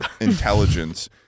intelligence